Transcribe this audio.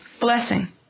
blessing